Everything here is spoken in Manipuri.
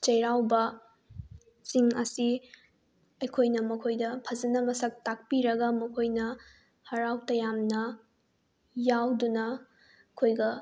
ꯆꯩꯔꯥꯎꯕꯁꯤꯡ ꯑꯁꯤ ꯑꯩꯈꯣꯏꯅ ꯃꯈꯣꯏꯗ ꯐꯖꯅ ꯃꯁꯛ ꯇꯥꯛꯄꯤꯔꯒ ꯃꯈꯣꯏꯅ ꯍꯔꯥꯎ ꯇꯌꯥꯝꯅ ꯌꯥꯎꯗꯨꯅ ꯑꯩꯈꯣꯏꯒ